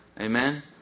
amen